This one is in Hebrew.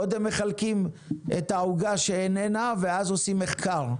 קודם מחלקים את העוגה שאיננה ואז עושים מחקר: